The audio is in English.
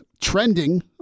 trending